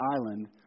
island